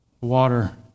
water